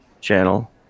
channel